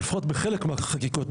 או לפחות בחלק מהחקיקות,